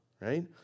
right